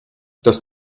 dass